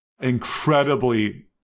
incredibly